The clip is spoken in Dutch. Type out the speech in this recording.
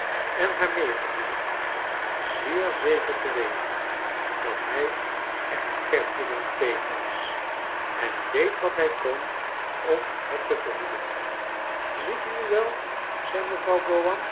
en haar meegedeeld zeer zeker te weten dat hij er pertinent tegen was en deed wat hij kon om het te verhoeden ziet u nu wel zei mevrouw